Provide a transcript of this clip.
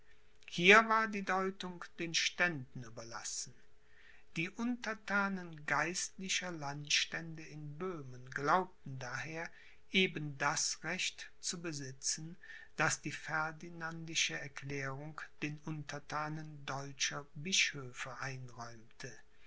hier war die deutung den ständen überlassen die unterthanen geistlicher landstände in böhmen glaubten daher eben das recht zu besitzen das die ferdinandische erklärung den unterthanen deutscher bischöfe einräumte